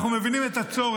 אנחנו גם מבינים את הצורך.